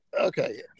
Okay